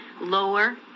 lower